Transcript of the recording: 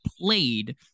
played